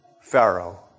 Pharaoh